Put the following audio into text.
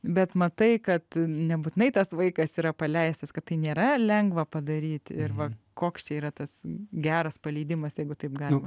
bet matai kad nebūtinai tas vaikas yra paleistas kad tai nėra lengva padaryti ir va koks čia yra tas geras paleidimas jeigu taip galima